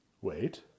wait